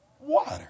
water